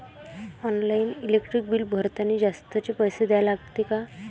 Online electric bill भरतानी जास्तचे पैसे द्या लागते का?